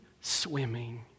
swimming